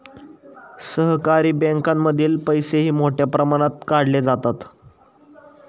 सहकारी बँकांमधील पैसेही मोठ्या प्रमाणात काढले जातात